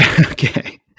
Okay